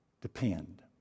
depend